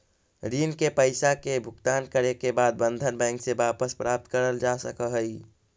ऋण के पईसा के भुगतान करे के बाद बंधन बैंक से वापस प्राप्त करल जा सकऽ हई